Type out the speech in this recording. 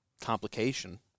complication